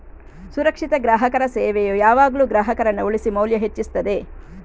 ಸುರಕ್ಷಿತ ಗ್ರಾಹಕರ ಸೇವೆಯು ಯಾವಾಗ್ಲೂ ಗ್ರಾಹಕರನ್ನ ಉಳಿಸಿ ಮೌಲ್ಯ ಹೆಚ್ಚಿಸ್ತದೆ